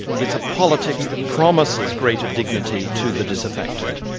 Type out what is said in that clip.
it's a politics that promises greater dignity to the disaffected.